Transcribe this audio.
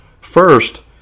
First